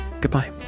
Goodbye